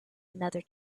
another